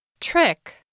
Trick